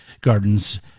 Gardens